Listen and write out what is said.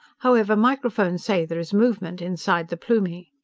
however, microphones say there is movement inside the plumie.